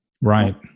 Right